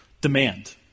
demand